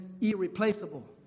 irreplaceable